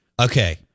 Okay